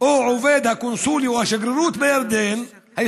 או עובד הקונסוליה או השגרירות הישראלית